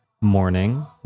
morning